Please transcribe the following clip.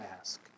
ask